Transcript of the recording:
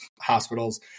hospitals